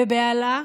בבהלה,